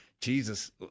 Jesus